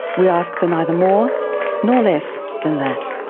we ask for neither more nor less than that.